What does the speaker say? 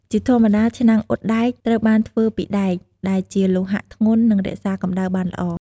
ជាធម្មតាឆ្នាំងអ៊ុតដែកត្រូវបានធ្វើពីដែកដែលជាលោហៈធ្ងន់ និងរក្សាកម្ដៅបានល្អ។